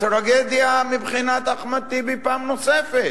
טרגדיה מבחינת אחמד טיבי פעם נוספת,